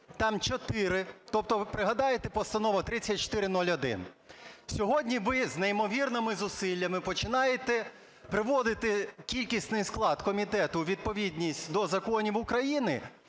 там 4. Тобто, ви пригадайте, Постанова 3401. Сьогодні ви з неймовірними зусиллями починаєте приводити кількісний склад комітету у відповідність до законів України,